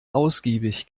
ausgiebig